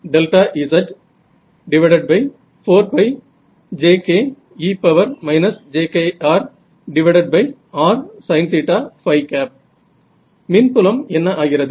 HIzjke jkrrsin மின்புலம் என்ன ஆகிறது